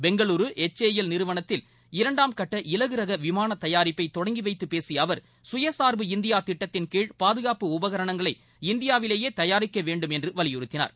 Bengaluru H A L நிறுவனத்தில் இரண்டாம் கட்ட இலகுரக விமான தயாரிப்பை தொடங்கி வைத்துப் பேசிய அவர் சுயசார்பு இந்தியா திட்டத்தின்கீழ் பாதுகாப்பு உபகரணங்களை இந்தியாவிலேயே தயாரிக்க வேண்டும் என்று வலியுறுத்தினார்